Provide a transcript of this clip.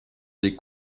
des